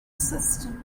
system